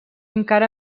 encara